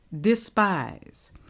despise